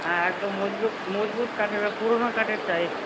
হ্যাঁ একদম মজবুত মজবুত কাঠের পুরোনো কাঠের চাই